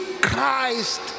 Christ